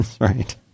right